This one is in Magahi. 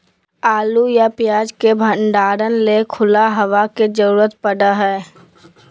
आलू या प्याज के भंडारण ले खुला हवा के जरूरत पड़य हय